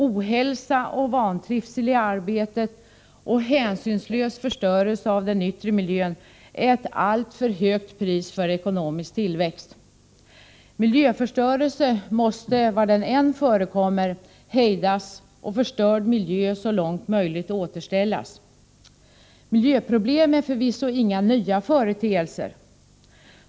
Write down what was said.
Ohälsa och vantrivsel i arbetet och hänsynslös förstörelse av den yttre miljön är ett alltför högt pris för ekonomisk tillväxt. Miljöförstörelse måste, var den än förekommer, hejdas och förstörd miljö så långt möjligt återställas. Miljöproblem är förvisso inga nya företeelser.